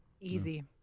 easy